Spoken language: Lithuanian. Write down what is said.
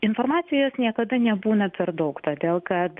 informacijos niekada nebūna per daug todėl kad